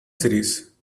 series